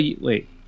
wait